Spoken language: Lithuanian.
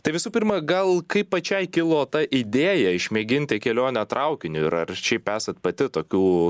tai visų pirma gal kaip pačiai kilo ta idėja išmėginti kelionę traukiniu ir ar šiaip esat pati tokių